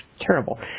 terrible